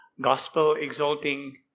gospel-exalting